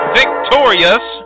victorious